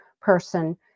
person